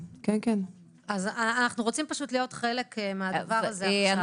אנחנו רוצים להיות חלק מהדבר הזה.